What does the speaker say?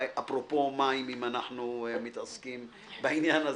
אפרופו מים, אם אנחנו מתעסקים בעניין הזה.